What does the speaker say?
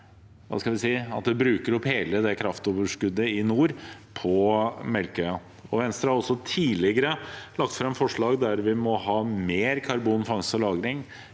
vi si, bruker opp hele kraftoverskuddet i nord på Melkøya. Venstre har også tidligere lagt fram forslag om mer karbonfangst og lagring